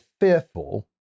fearful